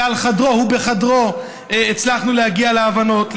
ובחדרו הצלחנו להגיע להבנות,